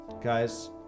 Guys